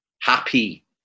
happy